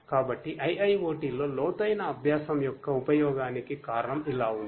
కాబట్టి IIoT లో లోతైన అభ్యాసం యొక్క ఉపయోగానికి కారణం ఇలా ఉంది